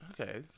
Okay